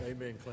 Amen